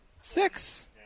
six